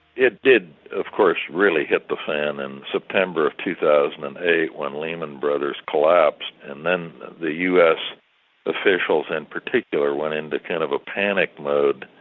it did of course really hit the fan in september of two thousand and eight when lehman brothers collapsed and then the us officials in and particular went into kind of a panic mode,